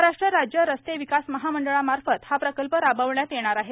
महाराष्ट्र राज्य रस्ते विकास महामंडळामार्फत हा प्रकल्प राबवला जाईल